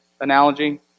analogy